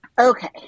Okay